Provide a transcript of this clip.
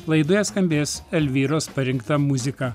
laidoje skambės elvyros parinkta muzika